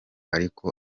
ariko